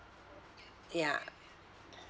yeah